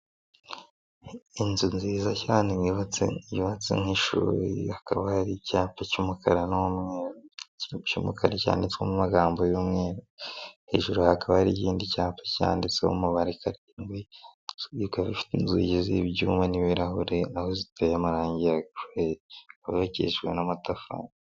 Inzu nziza cyane yubatse nk'ishuri, hakaba hari icyapa cy'umukara n'umweru, icy'umukara cyanditswe mu magambo y'umweru, hejuru hakaba hari ikindi cyapa cyanditseho umubare karindwi, bikaba bifite inzugi z'ibyuma, n'ibirahuri, aho ziteye amarangi, zubakishijwe n'amatafari.